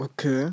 Okay